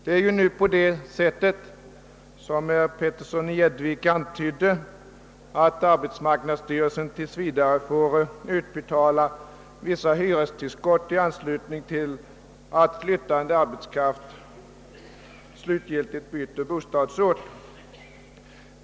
För närvarande är det så — som herr Petersson i Gäddvik antydde — att arbetsmarknadsstyrelsen tills vidare får utbetala vissa hyrestillskott i samband med att flyttande arbetskraft slutgiltigt byter bostadsort.